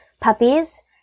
puppies